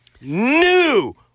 new